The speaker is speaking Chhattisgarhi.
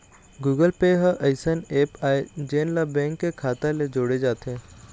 गुगल पे ह अइसन ऐप आय जेन ला बेंक के खाता ले जोड़े जाथे